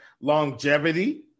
longevity